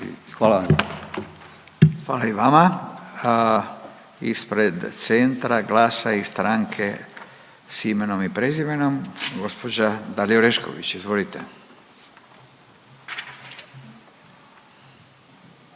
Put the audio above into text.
Hvala i vama. Ispred Centra, GLAS-a i Stranke s imenom i prezimenom, gđa Orešković. Izvolite.